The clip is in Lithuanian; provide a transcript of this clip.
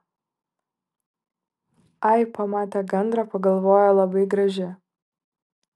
ai pamate gandrą pagalvoja labai graži